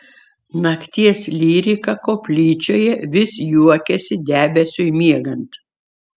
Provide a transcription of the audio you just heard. nakties lyrika koplyčioje vis juokėsi debesiui miegant